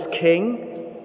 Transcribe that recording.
king